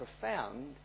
profound